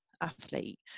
athlete